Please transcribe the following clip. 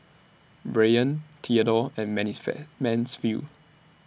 Brayan Theadore and Mansfield